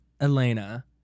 Elena